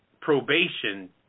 probation